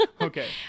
Okay